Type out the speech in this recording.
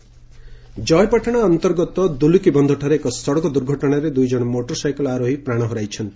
ଦୁର୍ଘଟଣା ଜୟପାଟଶା ଅନ୍ତର୍ଗତ ଦୁଲ୍ତକିବନ୍ଧଠାରେ ଏକ ସଡ଼କ ଦୂର୍ଘଟଶାରେ ଦୁଇଜଣ ମୋଟରସାଇକେଲ୍ ଆରୋହୀ ପ୍ରାଶ ହରାଇଛନ୍ତି